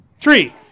Tree